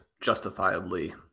justifiably